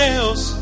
else